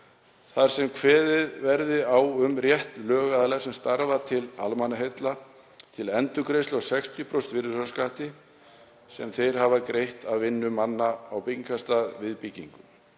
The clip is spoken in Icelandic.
þar sem kveðið verði á um rétt lögaðila sem starfa til almannaheilla til endurgreiðslu 60% virðisaukaskatts sem þeir hafa greitt af vinnu manna á byggingarstað við byggingu,